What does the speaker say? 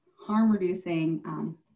harm-reducing